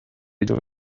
جون